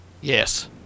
Yes